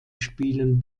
spielen